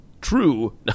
true